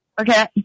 Okay